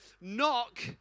knock